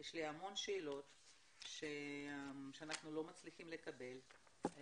יש לי המון שאלות שאנחנו לא מצליחים לקבל,